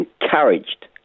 encouraged